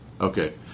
Okay